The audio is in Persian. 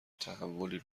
تحولی